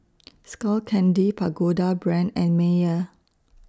Skull Candy Pagoda Brand and Mayer